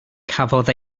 cafodd